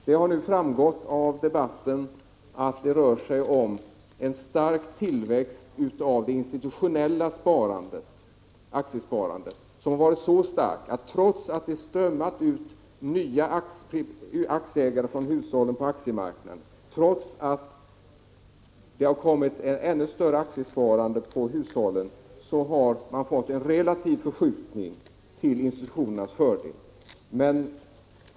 Det har nu framgått av debatten att det rör sig om en stark tillväxt i det institutionella aktiesparandet. Trots tillströmningen av nya aktieägare från hushållen och trots att hushållen alltså har ökat sitt aktiesparande, har det blivit en relativ förskjutning till institutionernas fördel.